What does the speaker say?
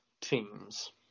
teams